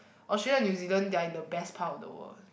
Australia New Zealand they're in the best part of the world